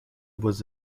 was